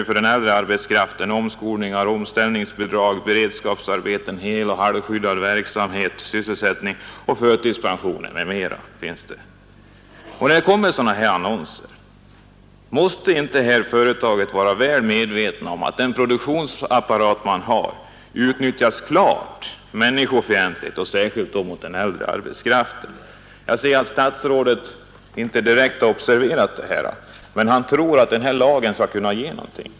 För den äldre arbetskraften har vi nu omskolningar, omställningsbidrag, beredskapsarbeten, heloch halvskyddad sysselsättning, förtidspensioner osv. När det kommer en sådan här annons frågar man sig om inte företaget är medvetet om att dess produktionsapparat utnyttjas klart människofientligt, särskilt mot den äldre arbetskraften. Jag ser av svaret att statsrådet inte direkt har observerat detta. Men han tror att den nya lagen skall kunna ge någonting.